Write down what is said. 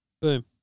Boom